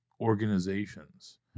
organizations